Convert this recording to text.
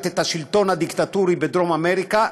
את השלטון הדיקטטורי בדרום אמריקה,